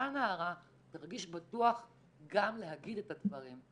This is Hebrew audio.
אותה נערה תרגיש בטוח גם להגיד את הדברים.